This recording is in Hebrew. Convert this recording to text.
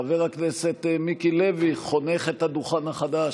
חבר הכנסת מיקי לוי חונך את הדוכן החדש.